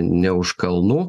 ne už kalnų